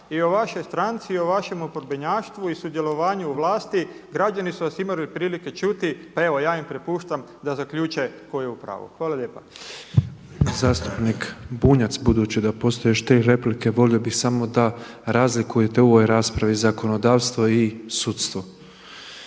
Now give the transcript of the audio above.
i o vašoj stranci i o vašem oporbenjaštvu i sudjelovanju u vlasti. Građani su vas imali od prilike čuti, pa evo ja im prepuštam da zaključe tko je u pravu. Hvala lijepa. **Petrov, Božo (MOST)** Zastupnik Bunjac, budući da postoje još tri replike volio bih samo da razlikujete u ovoj raspravi zakonodavstvo i sudstvo,